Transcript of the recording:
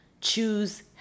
choose